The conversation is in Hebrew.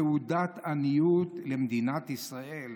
תעודת עניות למדינת ישראל.